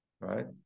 Right